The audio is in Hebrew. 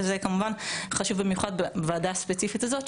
וזה כמובן חשוב במיוחד בוועדה הספציפית הזאת,